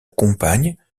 compagne